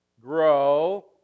grow